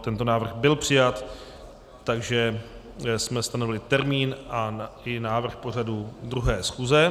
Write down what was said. Tento návrh byl přijat, takže jsme stanovili termín i návrh pořadu druhé schůze.